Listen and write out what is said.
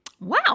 Wow